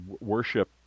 worship